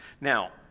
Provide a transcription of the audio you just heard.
Now